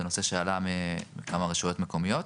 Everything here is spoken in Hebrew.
זה נושא שעלה מכמה רשויות מקומיות.